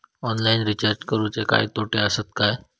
Online recharge करुचे काय तोटे आसत काय?